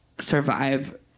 survive